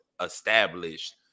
established